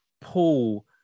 Paul